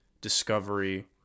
discovery